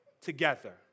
together